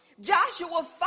Joshua